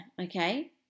Okay